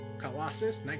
Colossus